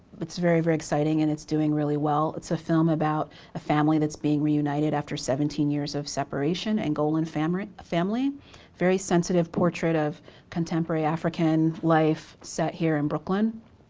it's very, very exciting and it's doing really well. it's a film about a family that's being reunited after seventeen years of separation, angolan family. very sensitive portrait of contemporary, african life set here in brooklyn.